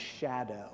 shadow